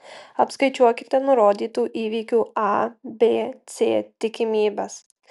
apskaičiuokite nurodytų įvykių a b c tikimybes